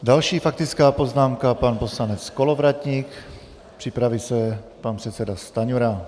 Další faktická poznámka, pan poslanec Kolovratník, připraví se pan předseda Stanjura.